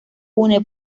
une